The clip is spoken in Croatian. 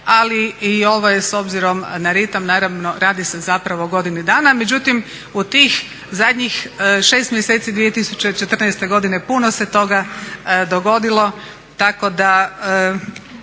ali i ovo je s obzirom na ritam, naravno radi se zapravo o godini dana. Međutim, u tih zadnjih 6 mjeseci 2014. godine puno se toga dogodilo tako da